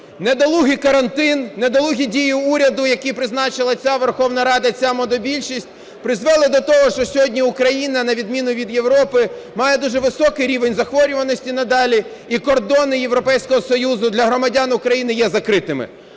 Недолугий карантин, недолугі дії уряду, які призначила ця Верховна Рада і ця монобільшість, призвели до того, що сьогодні Україна, на відміну від Європи, має дуже високий рівень захворюваності надалі і кордони Європейського Союзу для громадян України є закритими.